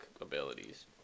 abilities